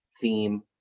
theme